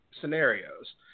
scenarios